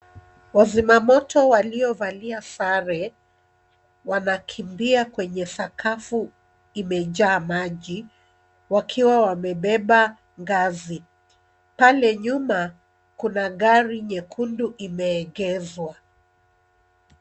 Wazimamoto waliovalia sare wanakimbia kwenye sakafu imejaa maji wakiwa wamebeba ngazi. Pale nyuma kuna gari nyekundu imeegezwa.